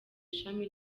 ishami